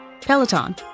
Peloton